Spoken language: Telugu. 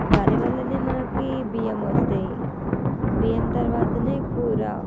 వరి వల్లనే మనకి బియ్యం వస్తాయి బియ్యం తర్వాతనే కూర